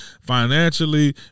Financially